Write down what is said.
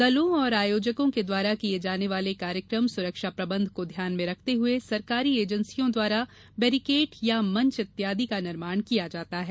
दलों और आयोजकों के द्वारा किये जाने वाले कार्यक्रम सुरक्षा प्रबंध को ध्यान में रखते हए सरकारी एजेन्सियों द्वारा बैरीकेट या मंच इत्यादि का निर्माण किया जाता है